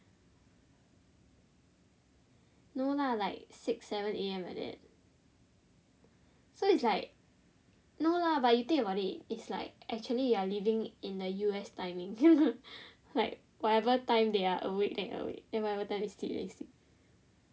no lah like six seven A_M like that so it's like no lah but you think about it it's like actually you are living in the U_S timing like whatever time they are awake I'm awake then whatever time they sleep then I sleep